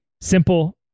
simple